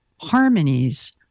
harmonies